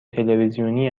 تلویزیونی